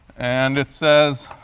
and it says